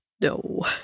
no